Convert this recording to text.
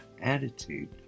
attitude